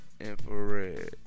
Infrared